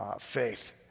faith